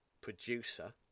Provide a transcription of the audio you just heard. producer